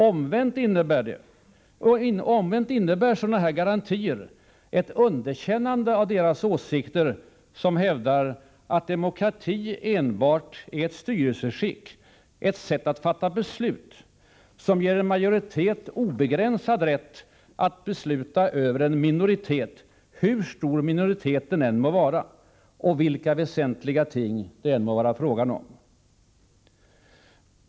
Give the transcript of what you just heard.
Omvänt innebär dylika garantier ett underkännande av åsikter från personer som hävdar att demokrati enbart är ett styrelseskick — ett sätt att fatta beslut — som ger en majoritet obegränsad rätt att besluta över en minoritet, hur stor denna än må vara och vilka väsentliga ting det än må vara fråga om.